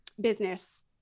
business